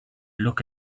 look